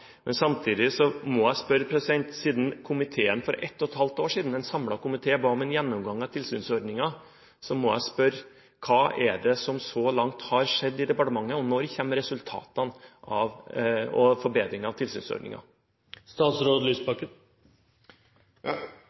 Samtidig må jeg spørre, siden en samlet komiteen for et og et halvt år siden ba om en gjennomgang av tilsynsordningen: Hva er det som så langt har skjedd i departementet, og når kommer resultatene og en forbedring av